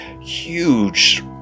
huge